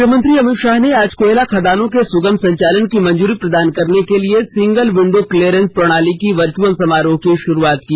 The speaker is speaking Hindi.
गृहमंत्री अमित शाह ने आज कोयला खदानों के सुगम संचालन की मंजूरी प्राप्त करने के लिए सिंगल विंडो क्लीयरेंस प्रणाली की वर्चुअल समारोह में शुरुआत की